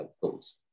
goals